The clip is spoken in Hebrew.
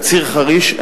קציר חריש,